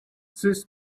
this